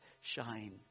shine